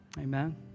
Amen